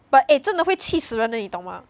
but eh 真的会气死人的你懂吗